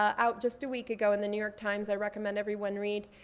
out just a week ago in the new york times, i recommend everyone read,